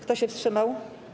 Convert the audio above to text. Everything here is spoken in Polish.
Kto się wstrzymał?